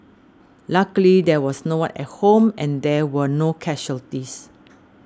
luckily there was no one at home and there were no casualties